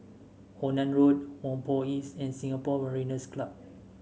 Onan Road Whampoa East and Singapore Mariners' Club